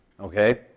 okay